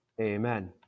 Amen